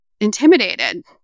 intimidated